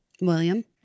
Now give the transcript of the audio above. William